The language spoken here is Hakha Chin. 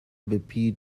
biapi